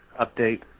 update